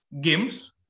games